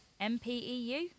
MPEU